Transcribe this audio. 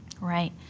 Right